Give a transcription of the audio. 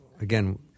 again